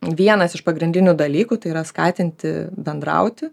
vienas iš pagrindinių dalykų tai yra skatinti bendrauti